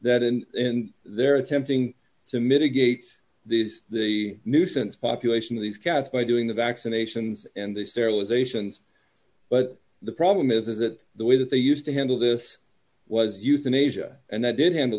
that and they're attempting to mitigate these the nuisance population of these cats by doing the vaccinations and they sterilizations but the problem is that the way that they used to handle this was euthanasia and that did handle